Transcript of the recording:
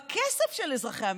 בכסף של אזרחי המדינה.